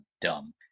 dumb